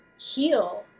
heal